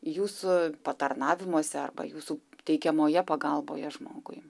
jūsų patarnavimuose arba jūsų teikiamoje pagalboje žmogui